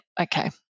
Okay